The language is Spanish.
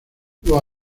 los